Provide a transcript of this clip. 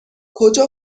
کجا